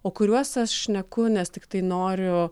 o kuriuos aš šneku nes tiktai noriu